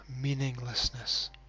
meaninglessness